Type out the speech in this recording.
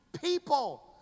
people